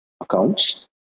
accounts